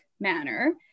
manner